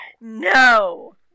No